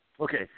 Okay